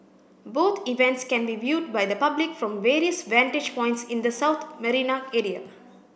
both events can be viewed by the public from various vantage points in the South Marina area